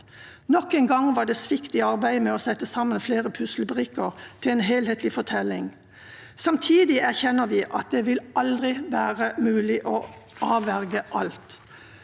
Nok en gang var det svikt i arbeidet med å sette sammen flere puslespillbrikker til en helhetlig fortelling. Samtidig erkjenner vi at det aldri vil være mulig å avverge alt.